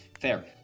Fair